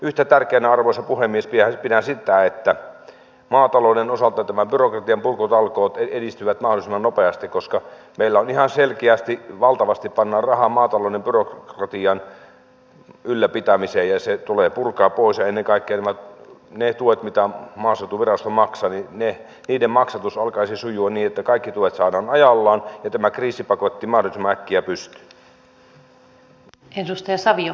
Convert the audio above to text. yhtä tärkeänä arvoisa puhemies pidän sitä että maatalouden osalta nämä byrokratian purkutalkoot edistyvät mahdollisimman nopeasti meillä ihan selkeästi valtavasti pannaan rahaa maatalouden byrokratian ylläpitämiseen ja se tulee purkaa pois ja ennen kaikkea niiden tukien mitä maaseutuvirasto maksaa maksatus alkaisi sujua niin että saadaan kaikki tuet ajallaan ja tämä kriisipaketti mahdollisimman äkkiä pystyyn